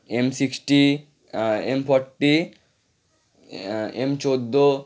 M sixty M forty M চোদ্দ